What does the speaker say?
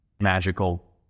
magical